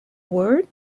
word